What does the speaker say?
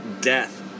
death